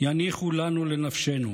יניחו לנו לנפשנו.